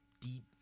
deep